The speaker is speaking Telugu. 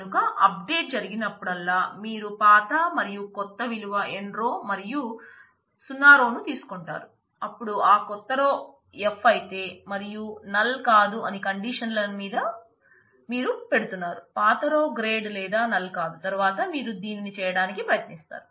కనుక అప్ డేట్ జరిగినప్పుడల్లా మీరు పాత మరియు కొత్త విలువ n రో గ్రేడ్ లేదా నల్ కాదు తరువాత మీరు దీనిని చేయడానికి ప్రయత్నిస్తారు